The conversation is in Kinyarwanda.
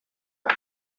aha